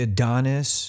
Adonis